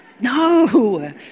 No